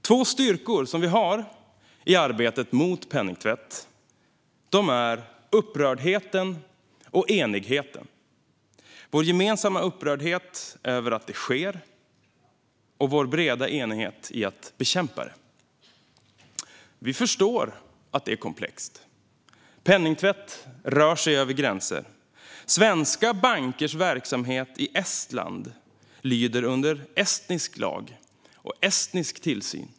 Två av våra styrkor i arbetet mot penningtvätt är upprördheten och enigheten - vår gemensamma upprördhet över att det sker och vår breda enighet i att bekämpa det. Vi förstår att det är komplext. Penningtvätt rör sig över gränser. Svenska bankers verksamhet i Estland lyder under estnisk lag och estnisk tillsyn.